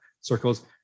circles